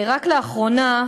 רק לאחרונה,